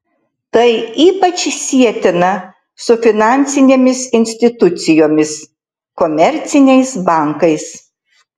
tai ypač sietina su finansinėmis institucijomis komerciniais bankais